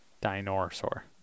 dinosaur